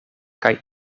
kaj